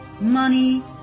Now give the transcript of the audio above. Money